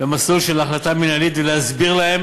במסלול של ההחלטה המינהלית ולהסביר להם